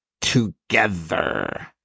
together